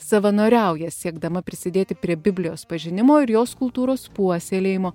savanoriauja siekdama prisidėti prie biblijos pažinimo ir jos kultūros puoselėjimo